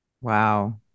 Wow